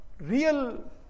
real